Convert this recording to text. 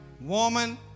woman